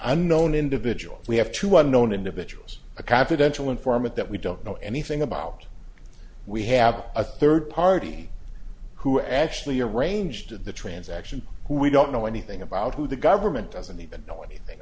i known individuals we have two one known individuals a confidential informant that we don't know anything about we have a third party who actually arranged the transaction who we don't know anything about who the government doesn't even know anything